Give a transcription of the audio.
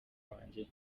wanjye